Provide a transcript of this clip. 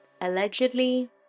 Allegedly